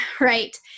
right